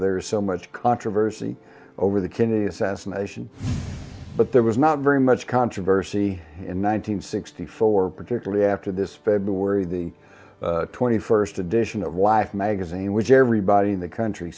there is so much controversy over the kennedy assassination but there was not very much controversy in one thousand nine hundred sixty four particularly after this february the twenty first edition of life magazine which everybody in the country